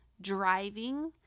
driving